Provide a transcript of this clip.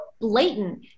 blatant